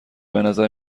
بنظر